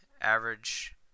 average